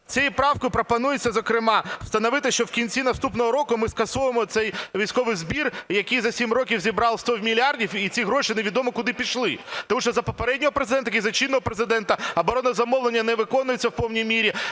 Цією правкою пропонується, зокрема, встановити, щоб в кінці наступного року ми скасували цей військовий збір, який за сім років зібрав 100 мільярдів, і ці гроші невідомо куди пішли. Тому що за попереднього Президента і за чинного Президента оборонне замовлення не виконується в повній мірі,